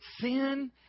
sin